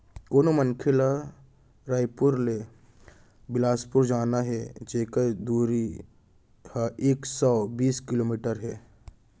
कोनो मनखे ल रइपुर ले बेलासपुर जाना हे जेकर दूरी ह एक सौ बीस किलोमीटर हे